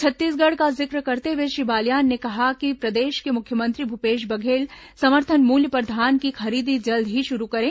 छत्तीसगढ़ का जिक्र करते हुए श्री बालयान ने कहा कि प्रदेश के मुख्यमंत्री भूपेश बघेल समर्थन मूल्य पर धान की खरीदी जल्द ही शुरू करे